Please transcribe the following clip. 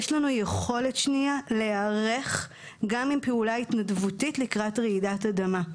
יש לנו יכולת שנייה להיערך גם עם פעולה התנדבותית לקראת רעידת אדמה.